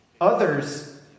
others